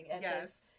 Yes